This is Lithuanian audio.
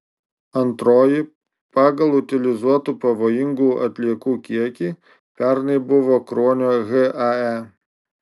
antroji pagal utilizuotų pavojingų atliekų kiekį pernai buvo kruonio hae